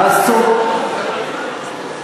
שרון גל הדפוק.